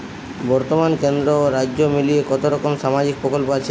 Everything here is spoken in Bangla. বতর্মানে কেন্দ্র ও রাজ্য মিলিয়ে কতরকম সামাজিক প্রকল্প আছে?